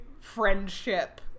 friendship